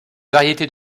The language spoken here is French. variété